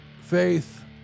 faith